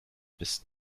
bis